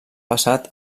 passat